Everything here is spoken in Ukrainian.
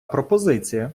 пропозиція